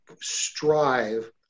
strive